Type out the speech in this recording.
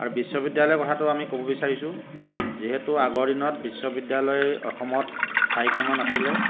আৰু বিশ্ববিদ্যালয়ৰ কথাতো আমি ক'ব বিচাৰিছোঁ যিহেতু আগৰ দিনত বিশ্ববিদ্যালয় অসমত চাৰিখন মান আছিলে